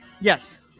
Yes